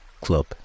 club